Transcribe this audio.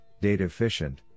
data-efficient